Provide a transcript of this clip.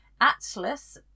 atlas